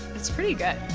it's pretty good